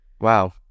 wow